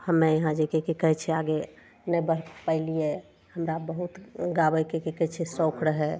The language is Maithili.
हम्मे यहाँ जे की कहय छै आगे नहि बढ़ि पेलियै हमरा बहुत गाबयके की कहय छै शौक रहय